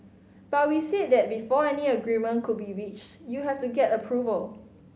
but we said that before any agreement could be reached you have to get approval